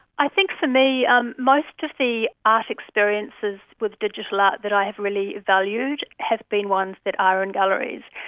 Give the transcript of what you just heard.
i think for me um most of the art experiences with digital art that i have really valued have been ones that are in galleries.